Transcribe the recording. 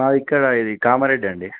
ఇక్కడ ఇది కామరెడ్డి అండి